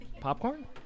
Popcorn